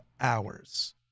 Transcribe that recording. hours